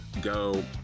Go